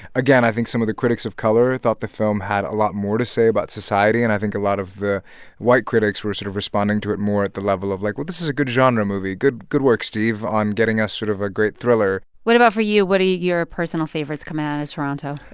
again, i think some of the critics of color thought the film had a lot more to say about society, and i think a lot of the white critics were sort of responding to it more at the level of like, well, this is a good genre movie. good good work, steve, on getting us sort of a great thriller what about for you? what are your personal favorites coming out of toronto?